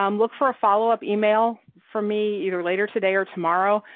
um look for a follow-up email from me either later today or tomorrow,